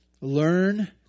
Learn